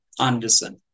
Anderson